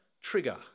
trigger